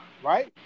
Right